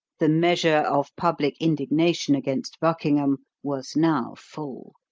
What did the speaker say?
the measure of public indignation against buckingham was now full.